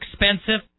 expensive